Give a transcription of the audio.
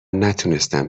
نتونستم